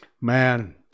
Man